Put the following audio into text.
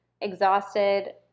exhausted